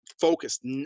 focused